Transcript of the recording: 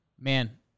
man